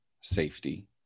safety